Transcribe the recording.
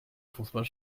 fußball